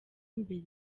imbere